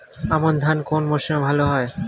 আমন ধান কোন মরশুমে ভাল হয়?